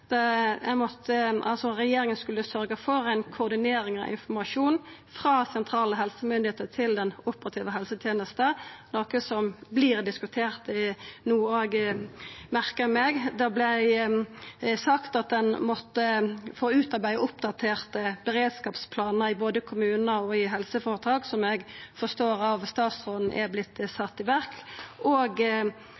regjeringa skulle sørgja for koordinering av informasjon frå sentrale helsemyndigheiter til den operative helsetenesta, noko som òg vert diskutert no, merkar eg meg. Det vart sagt at ein måtte få utarbeidd oppdaterte beredskapsplanar både i kommunar og i helseføretak, som eg forstår av statsråden er